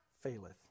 faileth